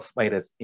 virus